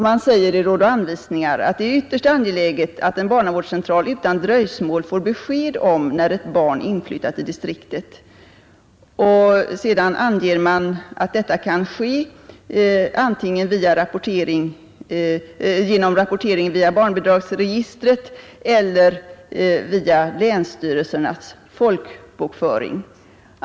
Det är alltså ytterst angeläget, att en barnavårdscentral utan dröjsmål får besked om, när ett barn flyttat in i distriktet.” Det anges att detta kan ske genom rapportering via barnbidragsregistret eller länsstyrelsernas folkbokföring.